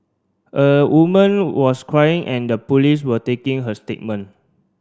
a woman was crying and the police were taking her statement